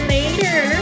Later